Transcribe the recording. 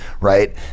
Right